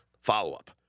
Follow-up